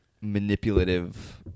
manipulative